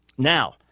Now